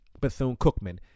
Bethune-Cookman